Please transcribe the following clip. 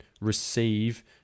receive